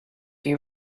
you